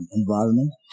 environment